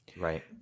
Right